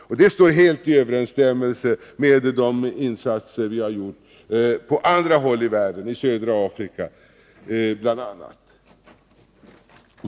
Det står helt i överensstämmelse med de insatser vi har gjort på andra håll i världen, bl.a. i södra Afrika.